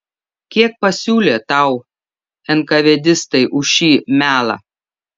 kiek pasiūlė tau enkavėdistai už šį melą